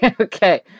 Okay